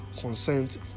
consent